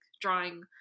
drawing